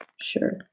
Sure